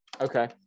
okay